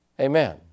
Amen